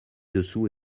dessous